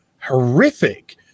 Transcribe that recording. horrific